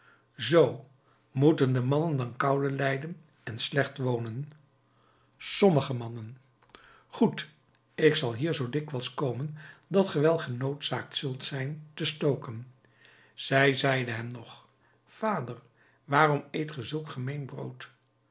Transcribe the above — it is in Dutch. zoo moeten de mannen dan koude lijden en slecht wonen sommige mannen goed ik zal hier zoo dikwijls komen dat ge wel genoodzaakt zult zijn te stoken zij zeide hem nog vader waarom eet ge zulk gemeen brood